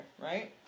right